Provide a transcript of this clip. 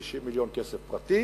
90 מיליון כסף פרטי,